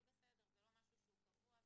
זה בסדר, זה לא משהו שהוא קבוע.